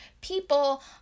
people